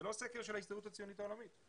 זה לא סקר של ההסתדרות הציונית העולמית,